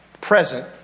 present